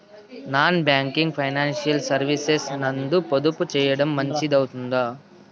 Non banking financial services నందు పొదుపు సేయడం మంచిది అవుతుందా?